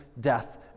death